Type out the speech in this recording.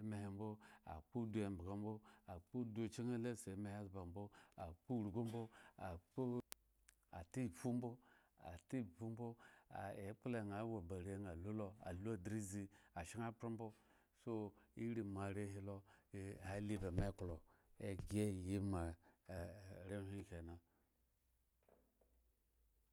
emehe bo, akpo odo embza bo akpo odo kye la asa emehe aba ba okpa orgu bo akpo org tafu bo aata efu bo, ekplo na awo ba are lo lo alo adlizi ashegbo bo so iri moa are he lo hali ba me eklo ekye moa are